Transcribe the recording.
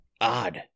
odd